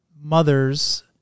mothers